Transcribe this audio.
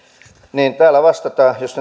täällä vastataan jos